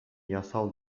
yasal